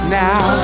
now